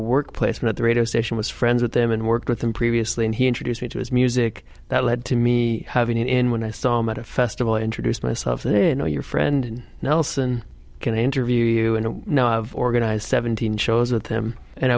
workplace and at the radio station was friends with them and worked with them previously and he introduced me to his music that led to me having him in when i saw him at a festival introduce myself there know your friend nelson can interview you and organize seventeen shows with him and